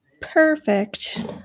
Perfect